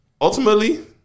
Ultimately